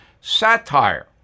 satire